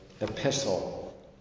epistle